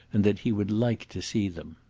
and that he would like to see them.